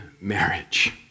marriage